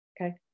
okay